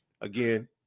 again